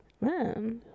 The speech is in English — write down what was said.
Man